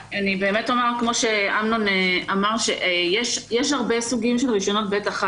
כמו שאמנון אמר, יש הרבה סוגים של רישיונות ב1.